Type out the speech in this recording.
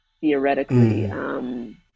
theoretically